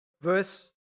verse